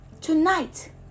Tonight